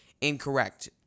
incorrect